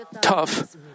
tough